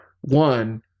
one